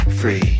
free